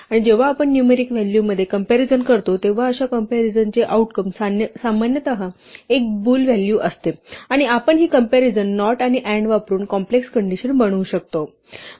आणि जेव्हा आपण न्यूमेरिक व्हॅलूमध्ये कंप्यारीझन करतो तेव्हा अशा कंप्यारीझनचे आउटकम सामान्यतः एक बूल व्हॅल्यू असते आणि आपण ही कंप्यारीझन नॉट आणि अँड वापरून कॉम्प्लेक्स कंडिशन बनवू शकतो